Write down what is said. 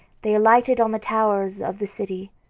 they alighted on the towers of the city.